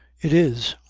it is.